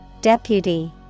Deputy